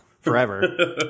forever